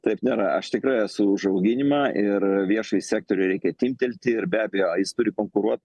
taip nėra aš tikrai esu už auginimą ir viešąjį sektorių reikia timptelti ir be abejo jis turi konkuruot